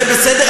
זה בסדר?